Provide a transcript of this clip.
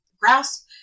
grasp